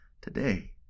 today